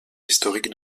historique